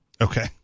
Okay